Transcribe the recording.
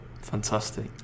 Fantastic